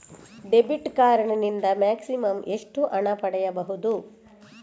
Debit card ನಿಂದ maximum ಎಷ್ಟು ಹಣ ಪಡೆಯಬಹುದು?